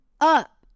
up